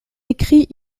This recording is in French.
écrit